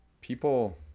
people